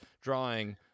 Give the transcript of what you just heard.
drawing